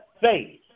faith